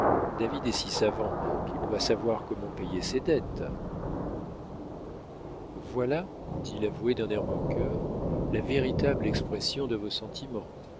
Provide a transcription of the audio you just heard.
david est si savant qu'il doit savoir comment payer ses dettes voilà dit l'avoué d'un air moqueur la véritable expression de vos sentiments